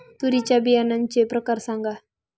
तूरीच्या बियाण्याचे प्रकार सांगा